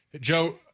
Joe